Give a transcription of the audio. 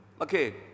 Okay